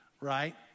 right